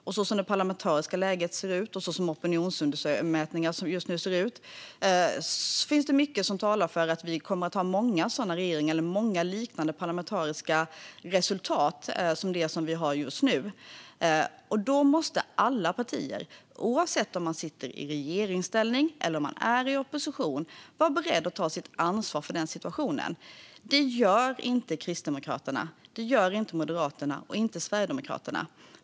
Och som det parlamentariska läget och opinionsmätningarna ser ut just nu finns det mycket som talar för att vi kommer att ha många sådana regeringar eller många liknande parlamentariska resultat som det vi har just nu. Då måste alla partier, oavsett om man sitter i regeringsställning eller om man är i opposition, vara beredda att ta sitt ansvar för situationen. Det gör inte Kristdemokraterna, det gör inte Moderaterna och inte Sverigedemokraterna.